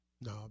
No